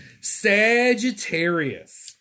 Sagittarius